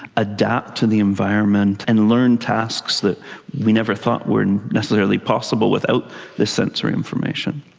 adapt to the environment, and learn tasks that we never thought were necessarily possible without this sensory information.